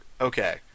Okay